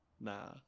nah